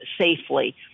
safely